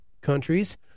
countries